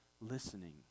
listening